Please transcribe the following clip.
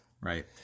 Right